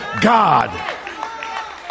God